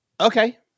okay